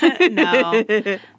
No